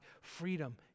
Freedom